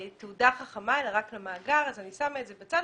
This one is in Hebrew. לתעודה חכמה אלא רק למאגר, אז אני שמה את זה בצד.